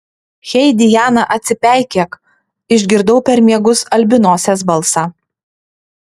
hei diana atsipeikėk išgirdau per miegus albinosės balsą